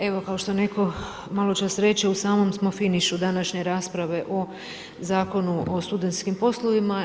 Evo kao što netko malo čas reče u samom smo finišu današnje rasprave o Zakonu o studentskim poslovima.